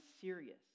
serious